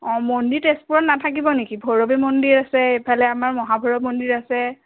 অঁ মন্দিৰ তেজপুৰত নাথাকিব নেকি ভৈৰৱী মন্দিৰ আছে ইফালে আমাৰ মহাভৈৰৱ মন্দিৰ আছে